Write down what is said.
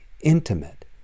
intimate